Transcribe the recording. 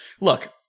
look